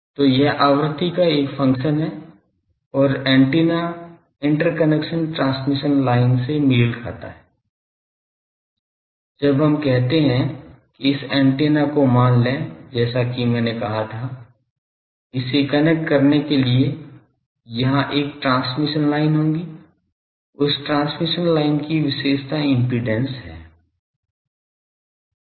तो यह आवृत्ति का एक फ़ंक्शन है और एंटीना इंटरकनेक्शन ट्रांसमिशन लाइन से मेल खाता है जब हम कहते हैं कि इस एंटीना को मान लें जैसा कि मैंने कहा था इसे कनेक्ट करने के लिए यहां एक ट्रांसमिशन लाइन होगी उस ट्रांसमिशन लाइन की विशेषता इम्पीडेन्स है